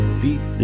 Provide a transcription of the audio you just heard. beat